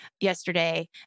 yesterday